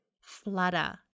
flutter